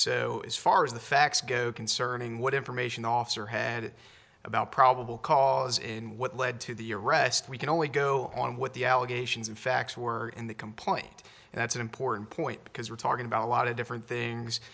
so as far as the facts go concerning what information officer had about probable cause in what led to the arrest we can only go on what the allegations and facts were in the complaint and that's an important point because we're talking about a lot of different things